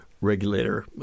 regulator